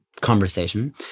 conversation